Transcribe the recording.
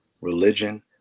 religion